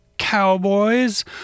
cowboys